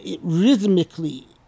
rhythmically